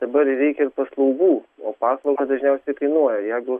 dabar ir reikia ir paslaugų o paslauga dažniausiai kainuoja jeigu